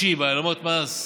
וקושי בהעלמות מס.